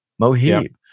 Mohib